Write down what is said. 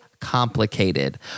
complicated